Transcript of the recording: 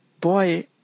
Boy